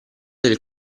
del